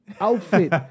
outfit